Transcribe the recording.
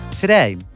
Today